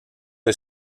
est